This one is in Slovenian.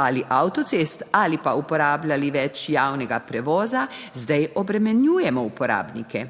ali avtocest ali pa uporabljali več javnega prevoza, zdaj obremenjujemo uporabnike,